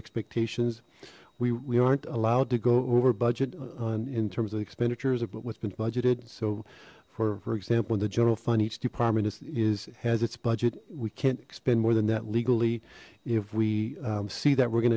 expectations we we aren't allowed to go over budget on in terms of expenditures but what's been budgeted so for example in the general fund each department is has its budget we can't expend more than that legally if we see that we're